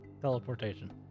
Teleportation